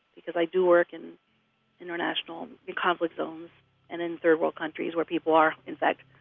because i do work in international conflict zones and in third world countries where people are, in fact,